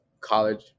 college